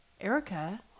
erica